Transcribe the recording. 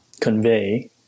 convey